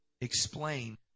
explain